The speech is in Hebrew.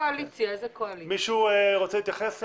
מישהו רוצה להתייחס לדברים?